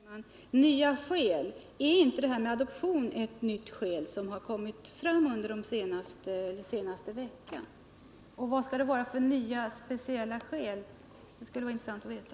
Herr talman! Låt mig bara ställa ytterligare en fråga: Är inte adoptionen ett nytt skäl som har kommit fram under den senaste veckan? Vad skall det annars vara för nya skäl? Det skulle vara intressant att veta.